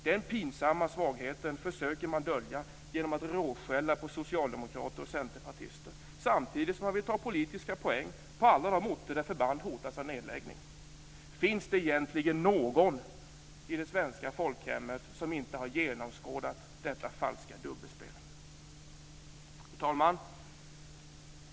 Den pinsamma svagheten försöker man dölja genom att råskälla på socialdemokrater och centerpartister samtidigt som man vill ta politiska poäng på alla de orter där förband hotas av nedläggning. Finns det egentligen någon i det svenska folkhemmet som inte har genomskådat detta falska dubbelspel? Fru talman!